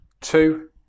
two